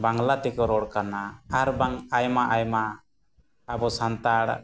ᱵᱟᱝᱞᱟ ᱛᱮᱠᱚ ᱨᱚᱲ ᱠᱟᱱᱟ ᱟᱨ ᱵᱟᱝ ᱟᱭᱢᱟᱼᱟᱭᱢᱟ ᱟᱵᱚ ᱥᱟᱱᱛᱟᱲ